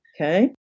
Okay